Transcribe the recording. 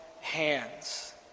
hands